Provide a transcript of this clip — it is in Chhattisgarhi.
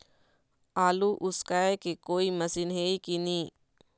आलू उसकाय के कोई मशीन हे कि नी?